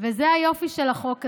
וזה היופי של החוק הזה,